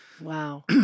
wow